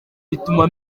bituma